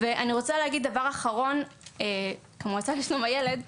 אני רוצה להגיד דבר אחרון, כמועצה לשלום הילד.